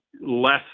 less